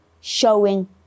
showing